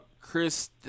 Chris